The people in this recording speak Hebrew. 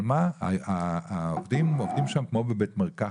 אבל, העובדים עובדים שם כמו בבית מרקחת,